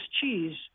cheese